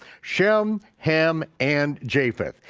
shem, ham, and japheth.